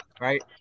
right